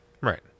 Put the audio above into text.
Right